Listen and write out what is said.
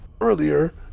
earlier